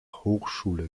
hochschule